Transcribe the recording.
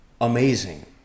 amazing